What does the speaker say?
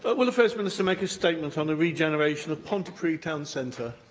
but will the first minister make a statement on the regeneration of pontypridd town centre?